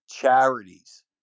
charities